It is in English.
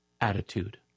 attitude